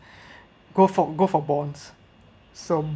go for go for bonds so